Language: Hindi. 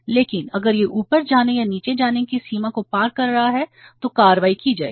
लेकिन अगर यह ऊपर जाने या नीचे जाने की सीमा को पार कर रहा है तो कार्रवाई की जाएगी